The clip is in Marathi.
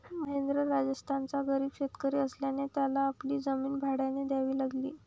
महेंद्र राजस्थानचा गरीब शेतकरी असल्याने त्याला आपली जमीन भाड्याने द्यावी लागली